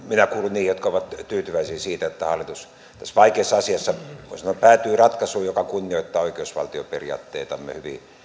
niihin jotka ovat tyytyväisiä siitä että hallitus tässä vaikeassa asiassa voi sanoa päätyi ratkaisuun joka kunnioittaa oikeusvaltioperiaatteitamme hyvin